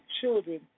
children